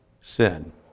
sin